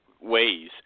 ways